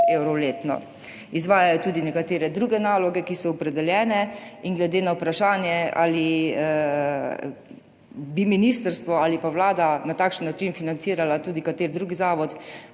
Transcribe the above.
evrov letno. Izvajajo tudi nekatere druge naloge, ki so opredeljene. In glede na vprašanje, ali bi ministrstvo ali pa Vlada na takšen način financirala tudi kateri drug zavod,